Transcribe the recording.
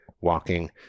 Walking